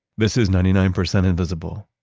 this is ninety nine percent invisible.